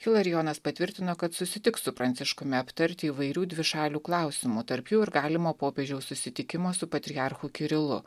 chilarijonas patvirtino kad susitiks su pranciškumi aptarti įvairių dvišalių klausimų tarp jų ir galimo popiežiaus susitikimo su patriarchu kirilu